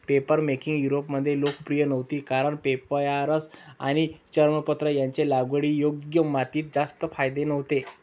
papermaking युरोपमध्ये लोकप्रिय नव्हती कारण पेपायरस आणि चर्मपत्र यांचे लागवडीयोग्य मातीत जास्त फायदे नव्हते